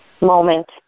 Moment